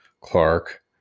Clark